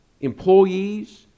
employees